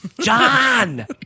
John